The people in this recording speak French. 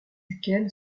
duquel